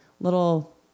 little